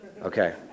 Okay